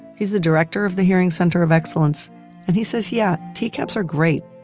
he's the director of the hearing center of excellence and he says, yeah, tcaps are great,